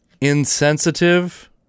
insensitive